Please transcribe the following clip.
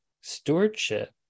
stewardship